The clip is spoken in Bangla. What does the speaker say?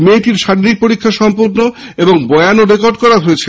মেয়েটির শারীরিক পরীক্ষা সম্পূর্ণ এবং বয়ানও রেকর্ড করা হয়েছে